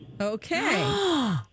Okay